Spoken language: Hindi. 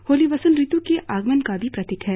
होली वंसत ऋत् के आगमन का भी प्रतिक है